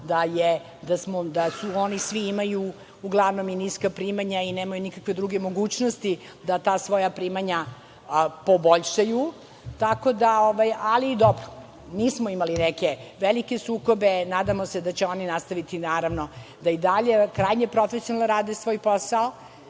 da oni svi imaju uglavnom i niska primanja i nemaju nikakve druge mogućnosti da ta svoja primanja poboljšaju, ali dobro. Nismo imali neke velike sukobe, nadamo se da će oni nastaviti, naravno, da i dalje krajnje profesionalno rade svoj posao,